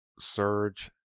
surge